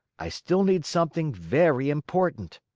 i still need something very important.